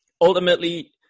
Ultimately